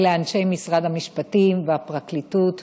ולאנשי משרד המשפטים והפרקליטות.